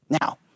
Now